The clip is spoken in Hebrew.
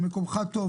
ומקומך טוב,